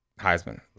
Heisman